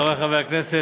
חברי חברי הכנסת,